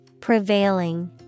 Prevailing